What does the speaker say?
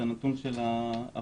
את הנתון של האחוזים.